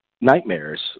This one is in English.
nightmares